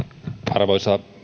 arvoisa